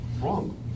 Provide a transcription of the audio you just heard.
wrong